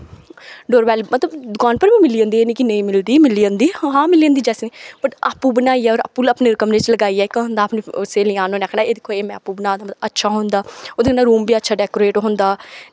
डोर bell मतलब दुकान पर बी मिली जंदी ऐ कि एह् निं ऐ कि नेईं मिलदी मिली जंदी हां जैसे वट आपूं बनाइयै होर अपने कमरे च लगाइयै इक होंदा अपनी स्हेलियां आन उ'नें आखना एह् दिक्खो एह् में आपूं बना दा मतलब अच्छा होंदा ओह्दे ने रूम बी अच्छा डेकोरेट होंदा